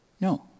no